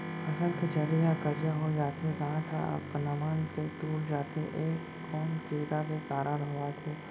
फसल के जरी ह करिया हो जाथे, गांठ ह अपनमन के टूट जाथे ए कोन कीड़ा के कारण होवत हे?